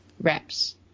wraps